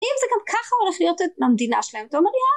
אם זה גם ככה הולך להיות המדינה שלהם את אומר יאה